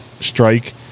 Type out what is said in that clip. strike